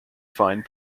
find